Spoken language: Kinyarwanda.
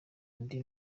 ndi